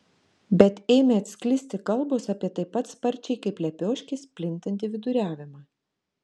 bet ėmė atsklisti kalbos apie taip pat sparčiai kaip lepioškės plintantį viduriavimą